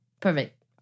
Perfect